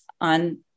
on